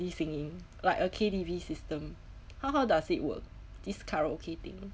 singing like a K_T_V system how how does it work this karaoke thing